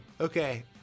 Okay